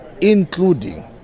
including